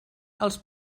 els